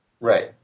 Right